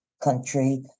country